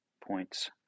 points